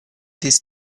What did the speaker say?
this